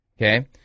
okay